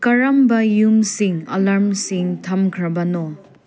ꯀꯔꯝꯕ ꯌꯨꯝꯁꯤꯡ ꯑꯂꯥꯔꯝꯁꯤꯡ ꯊꯝꯈ꯭ꯔꯕꯅꯣ